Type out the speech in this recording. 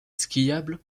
skiable